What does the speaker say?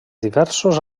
diversos